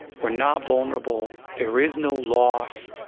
we're not vulnerable. there is no loss.